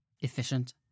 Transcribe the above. efficient